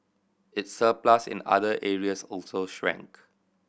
its surplus in other areas also shrank